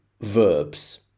verbs